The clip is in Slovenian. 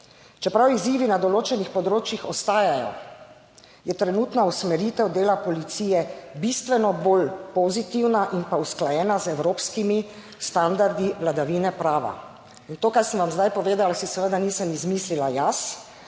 Čeprav izzivi na določenih področjih ostajajo, je trenutna usmeritev dela policije bistveno bolj pozitivna in pa usklajena z evropskimi standardi vladavine prava. In to, kar sem vam zdaj povedala, si seveda nisem izmislila jaz,